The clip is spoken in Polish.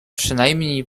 przynajmniej